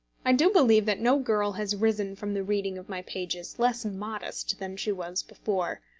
i do believe that no girl has risen from the reading of my pages less modest than she was before,